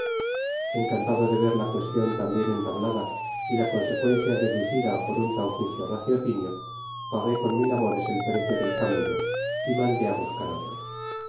encantado de ver la cuestion tan bien entablada y la consecuencia deducida por un tan justo raciocinio pagué con mil amores el precio del came lio y mandó á buscar otro